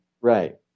right